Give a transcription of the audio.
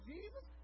Jesus